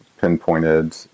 pinpointed